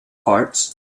parts